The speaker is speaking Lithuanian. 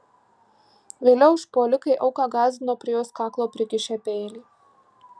vėliau užpuolikai auką gąsdino prie jos kaklo prikišę peilį